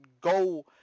go